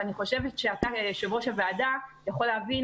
ואני חושבת שאתה כיושב-ראש הוועדה יכול להבין